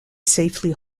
safely